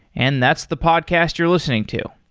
and that's the podcast you're listening to.